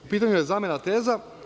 U pitanju je zamena teza.